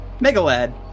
Megalad